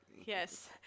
Yes